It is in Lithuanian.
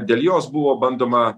dėl jos buvo bandoma